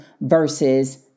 versus